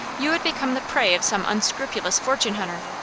you would become the prey of some unscrupulous fortune hunter.